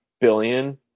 billion